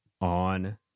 on